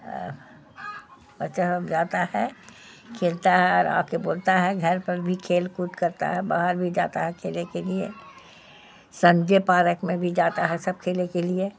بچہ سب جاتا ہے کھیلتا ہے اور آ کے بولتا ہے گھر پر بھی کھیل کود کرتا ہے باہر بھی جاتا ہے کھیلنے کے لیے سنجے پارک میں بھی جاتا ہے سب کھیلنے کے لیے